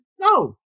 No